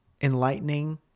enlightening